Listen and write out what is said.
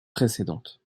précédentes